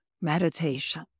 meditation